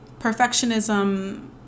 perfectionism